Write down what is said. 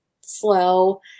slow